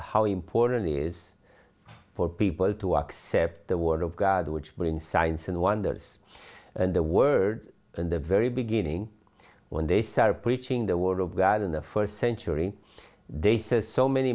how important it is for people to accept the word of god which but in science and wonders and the word in the very beginning when they started preaching the word of god in the first century they says so many